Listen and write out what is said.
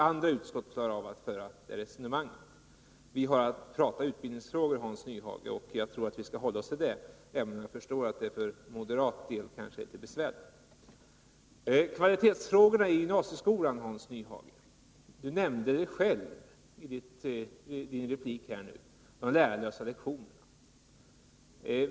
Andra utskott får klara av att föra det resonemanget. Vi har att prata utbildningsfrågor, Hans Nyhage, och jag tycker att vi skall hålla oss till dem, även om jag förstår att det för moderaterna kanske är till besvär. I sin replik nyss talade Hans Nyhage om kvalitetsfrågorna i gymnasieskolan och de lärarlösa lektionerna.